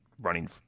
running